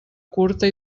curta